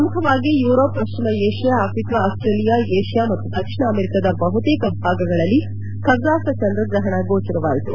ಮುಖವಾಗಿ Europe ಪಶ್ಚಿಮ Asia Africa Australia Asia ಮತ್ತು ದಕ್ಷಿಣ ಅಮೆರಿಕದ ಬಹುತೇಕ ಭಾಗಗಳಲ್ಲಿ ಖಗ್ರಾಸ್ ಚಂದ್ರಗ್ರಪಣ ಗೋಚರವಾಯಿತು